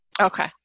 Okay